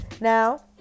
Now